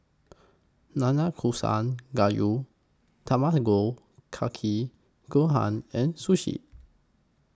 Nanakusa Gayu Kake Gohan and Sushi